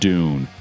Dune